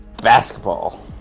Basketball